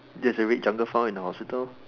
there's a red jungle found in the hospital